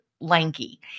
lanky